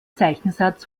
zeichensatz